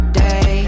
day